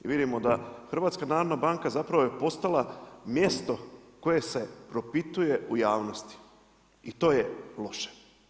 I vidimo da HNB zapravo je postala mjesto koje se propituje u javnosti i to je loše.